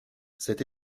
cette